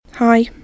Hi